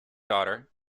daughter